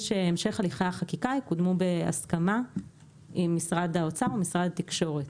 שהמשך הליכי החקיקה יקודמו בהסכמה עם משרד האוצר ומשרד התקשורת.